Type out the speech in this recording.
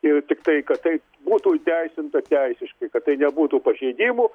ir tiktai kad tai būtų įteisinta teisiškai kad tai nebūtų pažeidimu